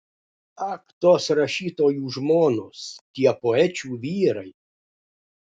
ak tos rašytojų žmonos tie poečių vyrai